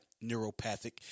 Neuropathic